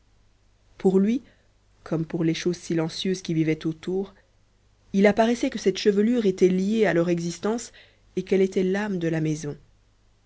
pour lui comme pour les choses silencieuses qui vivaient autour il apparaissait que cette chevelure était liée à leur existence et qu'elle était l'âme de la maison